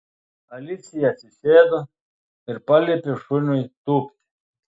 alicija atsisėdo ir paliepė šuniui tūpti